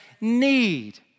need